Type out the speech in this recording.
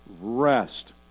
rest